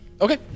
Okay